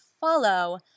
follow